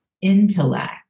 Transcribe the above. intellect